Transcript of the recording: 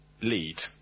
lead